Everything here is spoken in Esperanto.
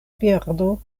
birdo